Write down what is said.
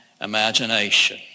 imagination